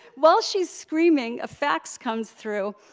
while she's screaming, a fax comes through,